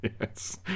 Yes